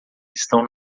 estão